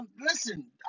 Listen